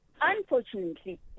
unfortunately